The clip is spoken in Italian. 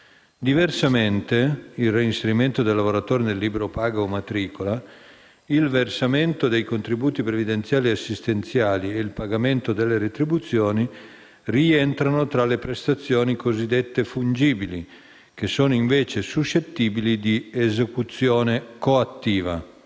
Diversamente, il reinserimento del lavoratore nel libro paga o matricola, il versamento dei contributi previdenziali e assistenziali e il pagamento delle retribuzioni rientrano tra le prestazioni cosiddette fungibili, che sono invece suscettibili di esecuzione coattiva.